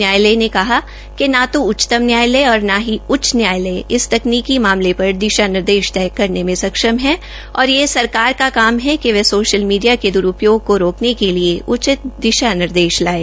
न्यायालय ने कहा कि न तो उच्चतम न्यायालय और न ही उच्चतम न्यायालय इस तकनीकी मामले पर दिशा निर्देश तय करने में सक्षम है और यह सरकार का काम है कि वह सोशल मीडिया के द्रूपयोग को रोकने के लिए उचित दिशा निर्देश लाये